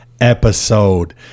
episode